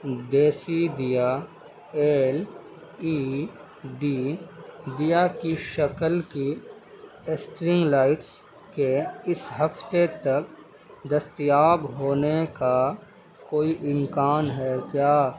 دیسی دیا L E D دیا کی شکل کی اسٹرنگ لائٹس کے اس ہفتے تک دستیاب ہونے کا کوئی امکان ہے کیا